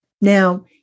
Now